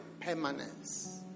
permanence